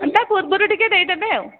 ତା ପୂର୍ବରୁ ଟିକିଏ ଦେଇ ଦେବେ ଆଉ